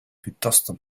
piuttosto